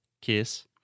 kiss